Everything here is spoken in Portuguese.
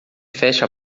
feche